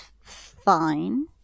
fine